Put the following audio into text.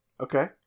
Okay